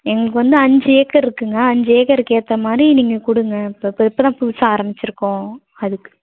எங்களுக்கு வந்து அஞ்சு ஏக்கர்ருக்குங்க அஞ்சு ஏக்கருக்கு ஏற்ற மாதிரி நீங்கள் கொடுங்க இப்போ இப்போ இப்போ தான் புதுசாக ஆரம்பிச்சிருக்கோம் அதுக்கு